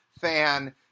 fan